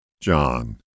John